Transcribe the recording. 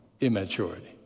immaturity